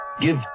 Give